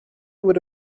would